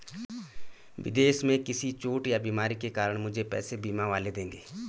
विदेश में किसी चोट या बीमारी के कारण मुझे पैसे बीमा वाले देंगे